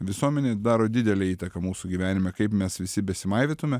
visuomenė daro didelę įtaką mūsų gyvenime kaip mes visi besimaivytume